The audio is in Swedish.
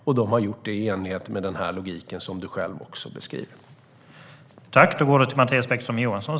Den har också gjort sin bedömning i enlighet med den logik du själv beskriver, Mattias Bäckström Johansson.